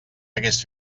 hagués